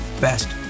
best